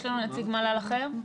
יש לנו נציג מל"ל אחר?